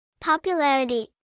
Popularity